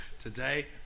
Today